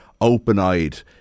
open-eyed